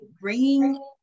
bringing